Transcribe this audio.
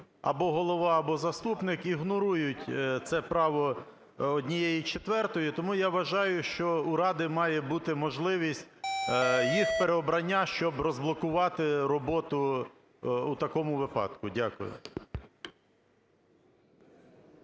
або голова, або заступник ігнорують це право однієї четвертої. Тому я вважаю, що у Ради має бути можливість їх переобрання, щоб розблокувати роботу у такому випадку. Дякую.